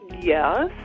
yes